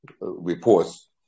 reports